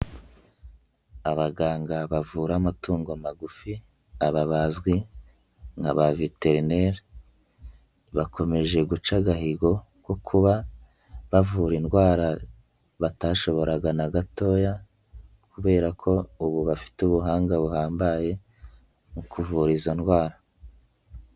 Abaganga bavura amatungo magufi, aba bazwi nka ba veterineri, bakomeje guca agahigo ko kuba bavura indwara batashoboraga na gatoya kubera ko ubu bafite ubuhanga buhambaye, mu kuvura izo ndwara.